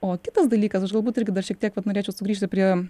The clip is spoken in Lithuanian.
o kitas dalykas aš galbūt irgi dar šiek tiek vat norėčiau sugrįžti prie